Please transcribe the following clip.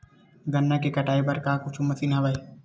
गन्ना के कटाई बर का कुछु मशीन हवय?